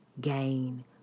gain